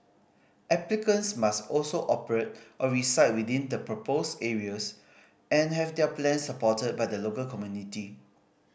applicants must also operate or reside within the proposed areas and have their plans supported by the local community